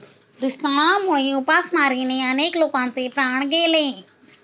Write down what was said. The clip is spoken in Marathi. दुष्काळामुळे उपासमारीने अनेक लोकांचे प्राण गेले